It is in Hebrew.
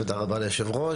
תודה רבה ליושבת הראש.